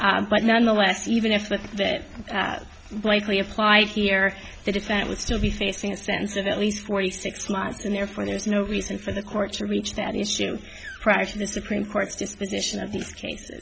five but nonetheless even if with that likely applied here it is that would still be facing a sentence of at least forty six months and therefore there's no reason for the court to reach that issue prior to the supreme court's disposition of these cases